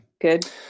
good